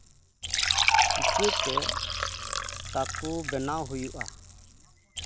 ᱪᱤᱠᱟᱹᱛᱮ ᱴᱟᱠᱳ ᱵᱮᱱᱟᱣ ᱦᱩᱭᱩᱜᱼᱟ